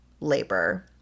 labor